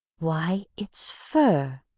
why, it's fur!